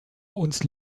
uns